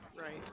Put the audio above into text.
Right